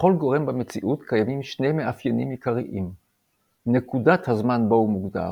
לכל גורם במציאות קיימים שני מאפיינים עיקריים נקודת הזמן בו הוא מוגדר,